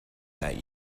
that